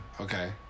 Okay